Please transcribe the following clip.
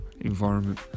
environment